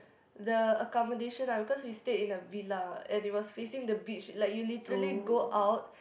the accommodation lah because we stayed in a villa and it was facing the beach like you literally go out